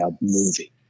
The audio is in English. movie